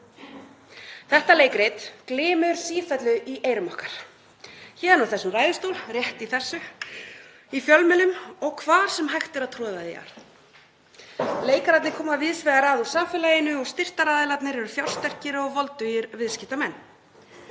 Þetta leikrit glymur sífellu í eyrum okkar héðan úr þessum ræðustól, rétt í þessu, í fjölmiðlum og hvar sem hægt er að troða því að. Leikararnir koma víðs vegar að úr samfélaginu og styrktaraðilarnir eru fjársterkir og voldugir viðskiptamenn.